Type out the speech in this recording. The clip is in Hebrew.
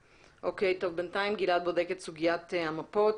בינתיים גלעד בודק את סוגיית המפות.